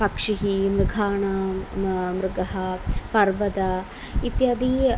पक्षिः मृगाणां मृगः मृगः पर्वतः इत्यादयः